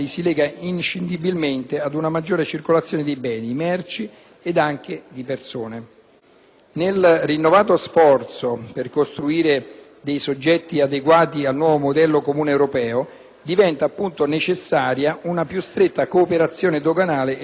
Nel rinnovato sforzo per costruire dei soggetti adeguati al nuovo modello comune europeo, diventa appunto necessaria una più stretta cooperazione doganale ed un maggiore coordinamento tra le stesse autorità, come cita l'articolo 6, comma 3, della Convenzione.